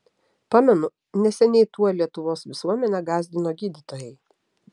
pamenu neseniai tuo lietuvos visuomenę gąsdino gydytojai